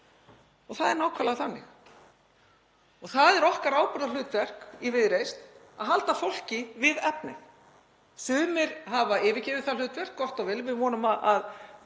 Það er nákvæmlega þannig. Það er okkar ábyrgðarhlutverk í Viðreisn að halda fólki við efnið. Sumir hafa yfirgefið það hlutverk, gott og vel, við vonum að